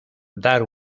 dar